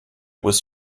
was